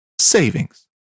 savings